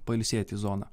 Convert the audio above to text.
pailsėt į zoną